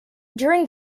during